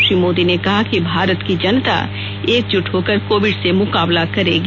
श्री मोदी ने कहा कि भारत की जनता एकजुट होकर कोविड से मुकाबला करेगी